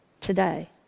today